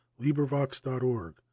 librivox.org